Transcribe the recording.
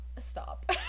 Stop